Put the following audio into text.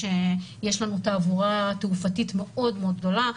שיש לנו תעבורה תעופתית מאוד מאוד גדולה,